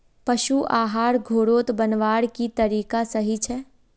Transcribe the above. पशु आहार घोरोत बनवार की तरीका सही छे?